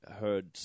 heard